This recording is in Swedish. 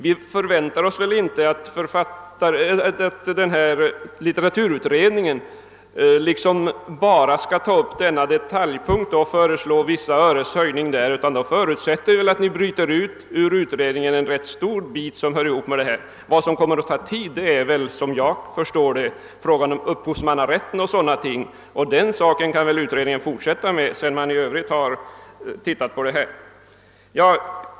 Vi förväntar oss väl inte att litteraturutredningen bara skall ta upp denna detalj och föreslå vissa öres höjning, utan förutsätter att man ur utredningen bryter ut en rätt stor bit som hör ihop med detta. Vad som kommer att ta tid är — såvitt jag förstår — frågan om upphovsmannarätten och liknande ting, och den saken kan väl utredningen fortsätta med sedan den granskat detta.